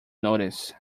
notice